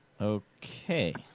Okay